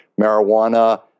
marijuana